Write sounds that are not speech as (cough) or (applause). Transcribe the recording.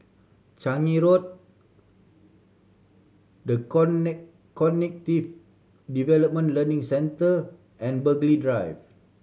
Changi Road The (unintelligible) Cognitive Development Learning Centre and Burghley Drive